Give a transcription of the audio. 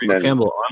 Campbell